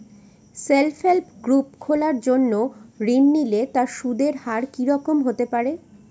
Self help group খোলার জন্য ঋণ নিলে তার সুদের হার কি রকম হতে পারে?